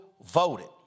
voted